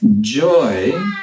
Joy